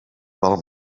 val